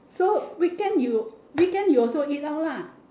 so weekend you weekend you also eat out lah